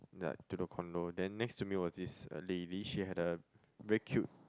ya to the condo then next to me there was this a lady she had a very cute